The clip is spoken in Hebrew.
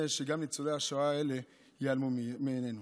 שגם ניצולי השואה האלה ייעלמו מעינינו.